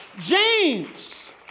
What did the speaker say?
James